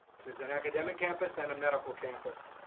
an academic campus and a medical campus.